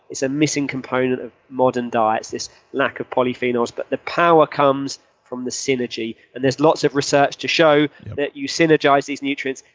it's a missing component of modern diets, this lack of polyphenols. but the power comes from the synergy. and there's lots of research to show that you synergize these nutrients,